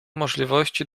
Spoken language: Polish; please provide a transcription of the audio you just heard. możliwości